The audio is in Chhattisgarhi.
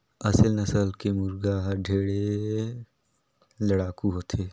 असेल नसल के मुरगा हर ढेरे लड़ाकू होथे